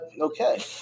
Okay